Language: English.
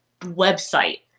website